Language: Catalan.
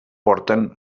porten